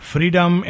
Freedom